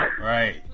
right